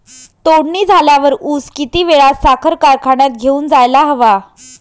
तोडणी झाल्यावर ऊस किती वेळात साखर कारखान्यात घेऊन जायला हवा?